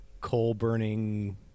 coal-burning